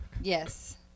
Yes